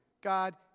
God